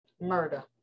murder